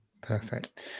Perfect